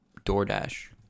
DoorDash